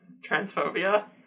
transphobia